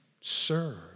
serve